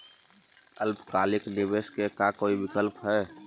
अल्पकालिक निवेश के का कोई विकल्प है?